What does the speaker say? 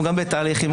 כרגע,